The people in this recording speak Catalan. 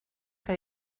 que